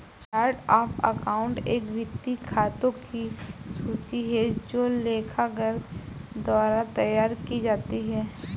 chart of account एक वित्तीय खातों की सूची है जो लेखाकार द्वारा तैयार की जाती है